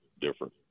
different